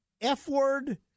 F-word